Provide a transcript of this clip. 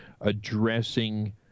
addressing